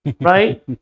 right